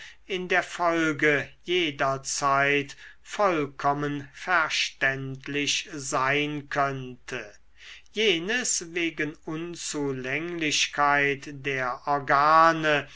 in der folge jederzeit vollkommen verständlich sein könnte jenes wegen unzulänglichkeit der organe